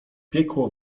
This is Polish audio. piekło